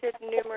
numerous